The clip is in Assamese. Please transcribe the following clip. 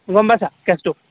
গম পাইছা কেচটো